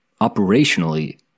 Operationally